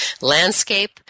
landscape